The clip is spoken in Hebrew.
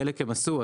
חלק הם עשו,